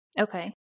Okay